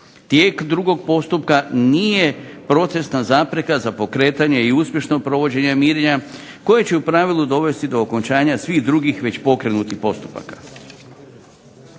Tijek drugog postupka nije procesna zapreka za pokretanje i uspješno provođenje mirenja koje će u pravilu dovesti do okončanja svih drugih već pokrenutih postupaka.